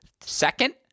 Second